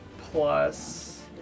plus